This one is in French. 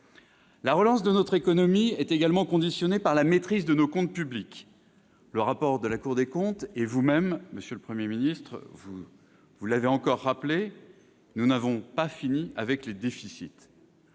La relance de notre économie est également conditionnée par la maîtrise de nos comptes publics. Le rapport de la Cour des comptes, comme vous-même, monsieur le Premier ministre, vient encore de rappeler que nous n'en avions pas fini avec les déficits